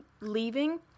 leaving